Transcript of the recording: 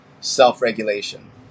self-regulation